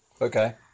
Okay